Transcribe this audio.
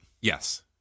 Yes